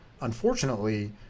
unfortunately